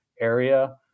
area